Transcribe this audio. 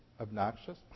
obnoxious